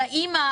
האמא,